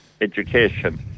education